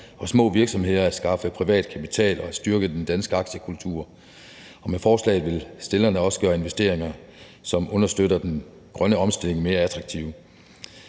og små virksomheder at skaffe privat kapital og at styrke den danske aktiekultur. Og med forslaget vil stillerne også gøre investeringer, som understøtter den grønne omstilling, mere attraktive.